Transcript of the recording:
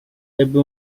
ebbe